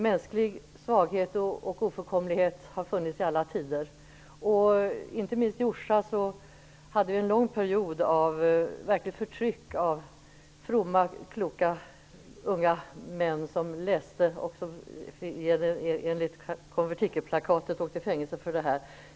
Mänsklig svaghet och ofullkomlighet har funnits i alla tider. Inte minst i Orsa hade vi en lång period av verkligt förtryck av fromma, kloka, unga män som läste och enligt konventikelplakatet åkte i fängelse för det.